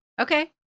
Okay